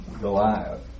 Goliath